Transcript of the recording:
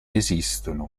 esistono